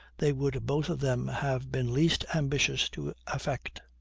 they would both of them have been least ambitious to affect.